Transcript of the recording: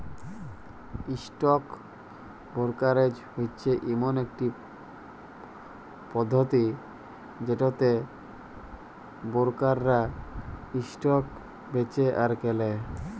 stock brokerage হচ্যে ইমন একট পধতি যেটতে বোরকাররা ইসটক বেঁচে আর কেলে